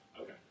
Okay